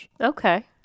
Okay